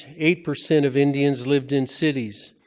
eight percent of indians lived in cities.